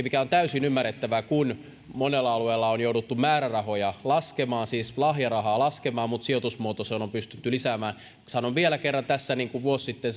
mikä on täysin ymmärrettävää kun monella alueella on jouduttu määrärahoja laskemaan siis lahjarahaa laskemaan mutta sijoitusmuotoiseen on pystytty lisäämään sanon vielä kerran tässä niin kuin vuosi sitten